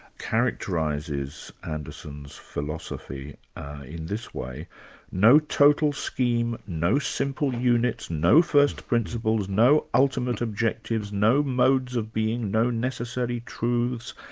characterises anderson's philosophy in this way no total scheme, no simple units, no first principles, no ultimate objectives, no modes of being, no necessary truths,